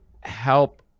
help